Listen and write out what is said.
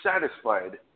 satisfied